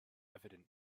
evident